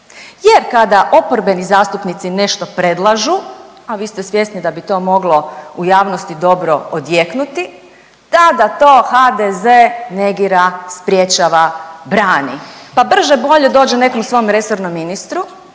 jer kada oporbeni zastupnici nešto predlažu, a vi ste svjesni da bi to moglo u javnosti dobro odjeknuti, tada to HDZ negira, sprječava, brani, pa brže bolje dođe nekom svom resornom ministru